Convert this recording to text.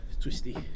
Twisty